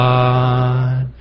God